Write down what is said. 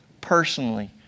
personally